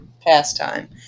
pastime